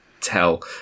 tell